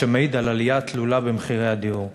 מה שמעיד על עלייה תלולה במחירי הדירות.